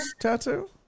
tattoo